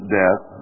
death